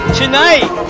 tonight